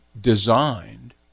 designed